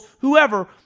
whoever